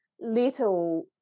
little